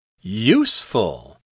Useful